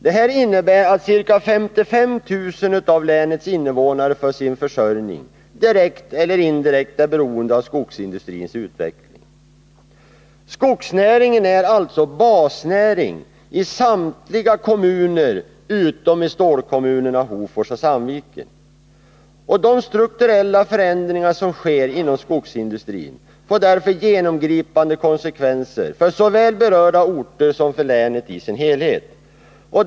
Det innebär att ca 55 000 av länets invånare för sin försörjning direkt eller indirekt är beroende av skogsindustrins utveckling. Skogsnäringen är alltså basnäring i samtliga kommuner, utom i stålkommunerna Hofors och Sandviken. De strukturella förändringar som sker inom skogsindustrin får därför genomgripande konsekvenser såväl för berörda orter som för länet i dess helhet.